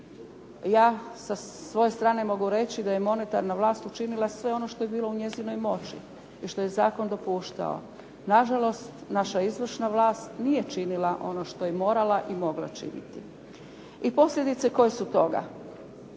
Ja sa svoje strane mogu reći da je monetarna vlast učinila sve ono što je bilo u njezinoj moći i što je zakon dopuštao. Na žalost naša izvršna vlast nije činila ono što je morala i mogla činiti. I koje su posljedice toga?